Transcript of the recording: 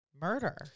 murder